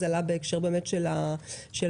הנושא עלה בהקשר של הבנקים.